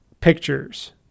pictures